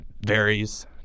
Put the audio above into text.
varies